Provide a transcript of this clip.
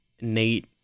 Nate